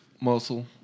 muscle